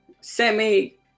semi